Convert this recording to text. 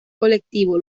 colectivo